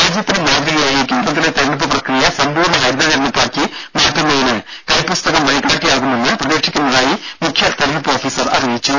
രാജ്യത്തിന് മാതൃകയായി കേരളത്തിലെ തിരഞ്ഞെടുപ്പ് പ്രക്രിയ സമ്പൂർണ ഹരിത തിരഞ്ഞെടുപ്പാക്കി മാറ്റുന്നതിന് കൈപ്പുസ്തകം വഴികാട്ടിയാകുമെന്ന് പ്രതീക്ഷിക്കുന്നതായി മുഖ്യ തിരഞ്ഞെടുപ്പ് ഓഫീസർ അറിയിച്ചു